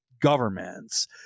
governments